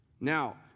Now